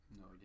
No